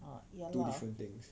err ya lah